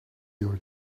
your